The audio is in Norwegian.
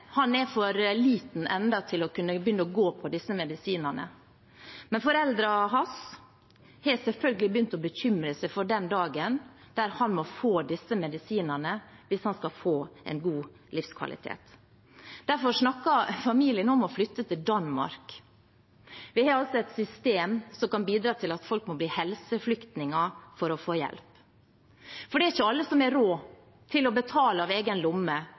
Han er ennå for liten til å kunne begynne å gå på disse medisinene, men foreldrene hans har selvfølgelig begynt å bekymre seg for den dagen da han må få disse medisinene hvis han skal få god livskvalitet. Derfor snakker familien om å flytte til Danmark. Vi har altså et system som kan føre til at folk må bli helseflyktninger for å få hjelp. For det er ikke alle som har råd til å betale av egen lomme,